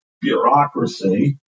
bureaucracy